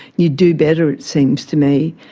you do better, it seems to me,